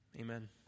Amen